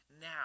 now